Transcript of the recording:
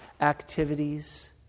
activities